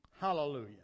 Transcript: Hallelujah